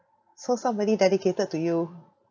so somebody dedicated to you